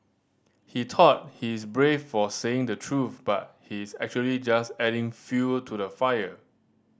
he thought he's brave for saying the truth but he's actually just adding fuel to the fire